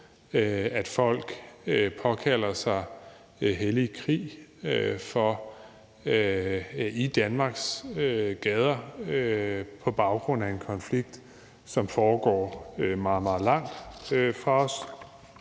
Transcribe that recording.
at folk påkalder sig, at det er hellig krig, i Danmarks gader på baggrund af en konflikt, som foregår meget, meget langt fra os.